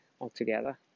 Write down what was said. altogether